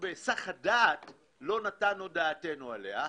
שבהיסח הדעת לא נתנו את דעתנו עליה.